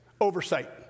oversight